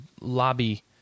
lobby